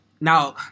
Now